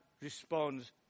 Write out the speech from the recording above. responds